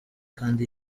kandi